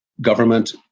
government